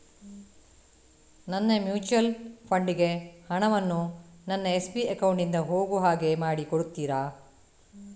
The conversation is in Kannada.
ನನ್ನ ಮ್ಯೂಚುಯಲ್ ಫಂಡ್ ಗೆ ಹಣ ವನ್ನು ನನ್ನ ಎಸ್.ಬಿ ಅಕೌಂಟ್ ನಿಂದ ಹೋಗು ಹಾಗೆ ಮಾಡಿಕೊಡುತ್ತೀರಾ?